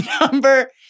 Number